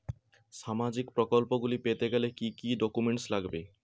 সামাজিক প্রকল্পগুলি পেতে গেলে কি কি ডকুমেন্টস লাগবে?